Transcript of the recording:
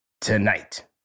tonight